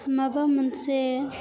माबा मोनसे